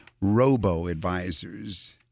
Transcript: robo-advisors